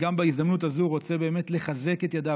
בהזדמנות הזו אני גם רוצה לחזק את ידיו,